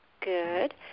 Good